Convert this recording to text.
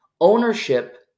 Ownership